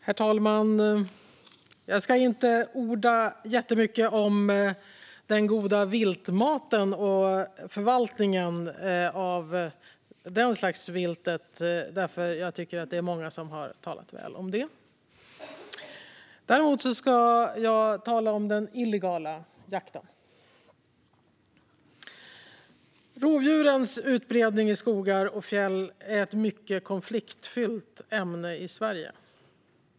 Herr talman! Jag ska inte orda jättemycket om den goda viltmaten och viltförvaltningen, för det är många som har talat väl om det. Jag ska däremot tala om den illegala jakten. Rovdjurens utbredning i skogar och fjäll är ett konfliktfyllt ämne i Sverige.